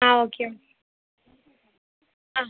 ആ ഓക്കെ ഓ ആ